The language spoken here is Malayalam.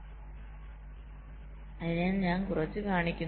അതിനാൽ ഞാൻ കുറച്ച് കാണിക്കുന്നു